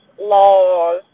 laws